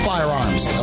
Firearms